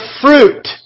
fruit